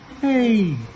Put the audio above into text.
Hey